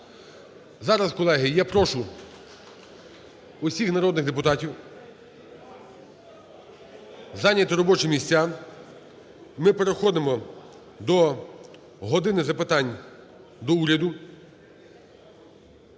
Зараз, колеги, я прошу всіх народних депутатів зайняти робочі місця. Ми переходимо до "години запитань до Уряду".